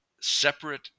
separate